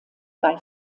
bei